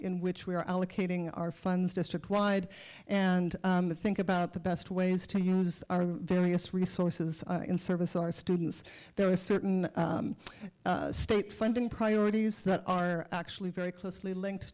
in which we're allocating our funds district wide and think about the best ways to use our various resources in service our students there are certain state funding priorities that are actually very closely linked